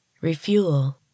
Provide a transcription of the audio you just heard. Refuel